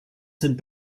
sind